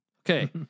Okay